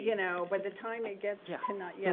you know by the time it gets yeah yeah